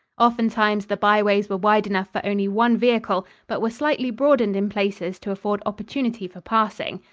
oftentimes the byways were wide enough for only one vehicle, but were slightly broadened in places to afford opportunity for passing.